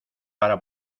para